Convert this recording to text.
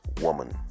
woman